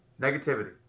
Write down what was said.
Negativity